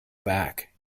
back